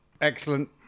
Excellent